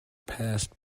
passed